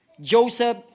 Joseph